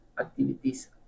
activities